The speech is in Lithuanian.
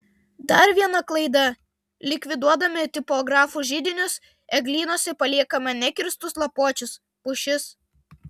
dar viena klaida likviduodami tipografų židinius eglynuose paliekame nekirstus lapuočius pušis